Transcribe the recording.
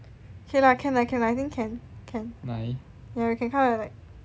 k lah can lah can lah I think can can ya you can come at like